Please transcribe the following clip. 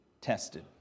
tested